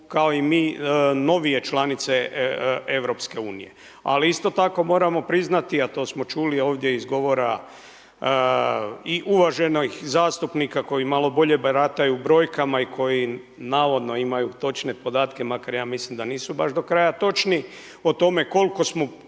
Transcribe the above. kao i mi novije članice Europske unije. Ali isto tako moramo priznati, a to smo čuli ovdje iz govora i uvaženih zastupnika koji malo bolje barataju brojkama i koji navodno imaju točne podatke, makar ja mislim da nisu baš do kraja točni, o tome koliko smo